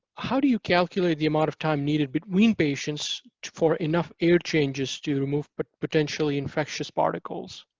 how do you calculate the amount of time needed between patients for enough air changes to remove but potentially infectious particles?